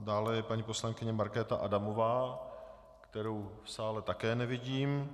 Dále je paní poslankyně Markéta Adamová, kterou v sále také nevidím.